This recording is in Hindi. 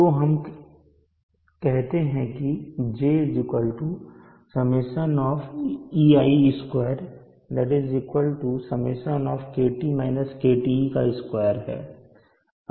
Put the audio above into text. तो हम कहते हैं कि J Σ ei 2 Σ 2 है